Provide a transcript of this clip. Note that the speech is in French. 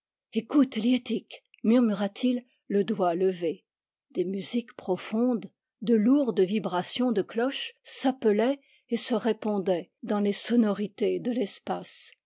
écoute liettik murmura-t-il le doigt levé des musiques profondes de lourdes vibrations de cloches s'appelaient et se répondaient dans les sonorités de l'espace